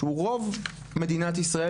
שהוא רוב מדינת ישראל,